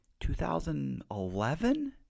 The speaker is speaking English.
2011